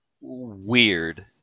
weird